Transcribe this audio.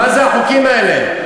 מה זה החוקים האלה?